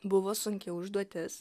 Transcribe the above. buvo sunki užduotis